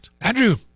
Andrew